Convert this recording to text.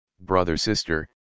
brother-sister